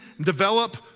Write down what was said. develop